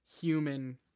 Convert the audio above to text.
human